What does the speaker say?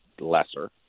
lesser